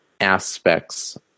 aspects